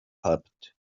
happened